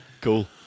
Cool